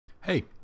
Hey